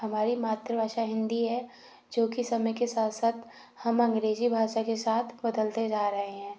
हमारी मातृभाषा हिंदी है जो कि समय के साथ साथ हम अंग्रेजी भाषा के साथ बदलते जा रहे हैं